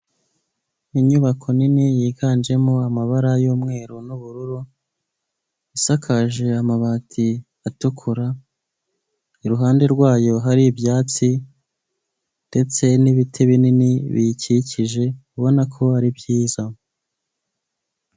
Inyubako nini yiganjemo amabara y'umweru n'ubururu isakaje amabati atukura, iruhande rwayo hari ibyatsi ndetse n'ibiti binini biyikikije ubona ko ari byiza.